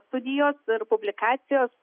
studijos ir publikacijos